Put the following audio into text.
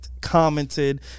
commented